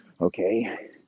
Okay